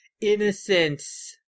innocence